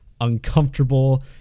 uncomfortable